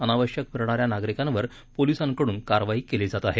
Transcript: अनावश्यक फिरणाऱ्या नागरिकांवर पोलिसांकडून कारवाई केली जात आहेत